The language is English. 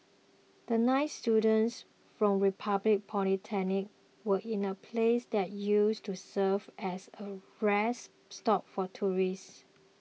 the nine students from Republic Polytechnic were in a place that used to serve as a rest stop for tourists